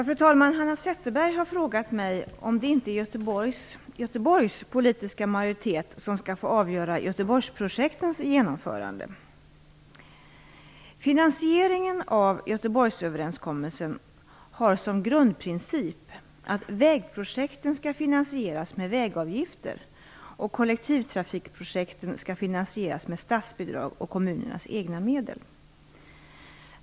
Fru talman! Hanna Zetterberg har frågat mig om det inte är Göteborgs politiska majoritet som skall få avgöra Göteborgsprojektens genomförande. Finansieringen av Göteborgsöverenskommelsen har som grundprincip att vägprojekten skall finansieras med vägavgifter och att kollektivtrafikprojeketen skall finansieras med statsbidrag och kommunernas egna medel.